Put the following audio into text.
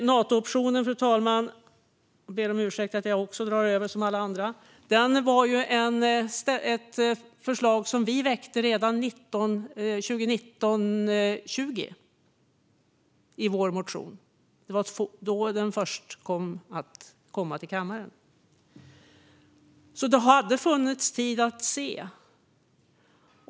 Natooptionen, fru talman - jag ber om ursäkt att jag också drar över talartiden som alla andra - var ett förslag som vi väckte redan 2019/20 i vår motion. Det var då den först kom till kammaren. Det har alltså funnits tid att se.